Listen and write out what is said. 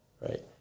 Right